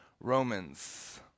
Romans